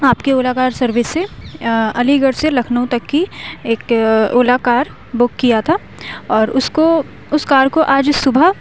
آپ کے Ola car service سے علی گڑھ سے لکھنؤ تک کی ایک اولا کار بک کیا تھا اور اس کو اس کار کو آج صبح